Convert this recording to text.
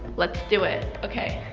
let's do it. okay,